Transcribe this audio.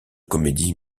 comédies